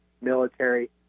military